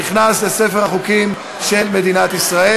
והחוק נכנס לספר החוקים של מדינת ישראל.